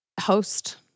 Host